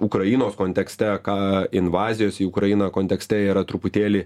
ukrainos kontekste ką invazijos į ukrainą kontekste yra truputėlį